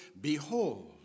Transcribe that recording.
Behold